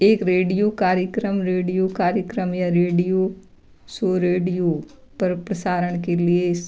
एक रेडियो कार्यक्रम रेडियो कार्यक्रम या रेडियो सू रेडियो पर प्रसारण के लिए इस